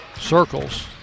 Circles